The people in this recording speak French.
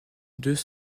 deux